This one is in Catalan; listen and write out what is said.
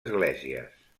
esglésies